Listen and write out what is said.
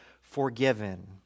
forgiven